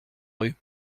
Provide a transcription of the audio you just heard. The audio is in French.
rue